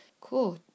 cool